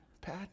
Pat